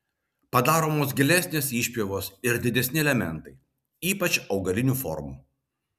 padaromos gilesnės išpjovos ir didesni elementai ypač augalinių formų